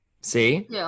See